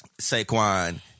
Saquon